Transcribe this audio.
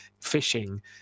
Fishing